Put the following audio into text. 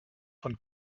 von